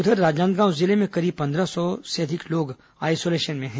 वहीं राजनांदगांव जिले में करीब पन्द्रह सौ से अधिक लोग आइसोलेशन में हैं